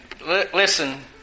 listen